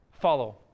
follow